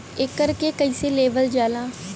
एकरके कईसे लेवल जाला?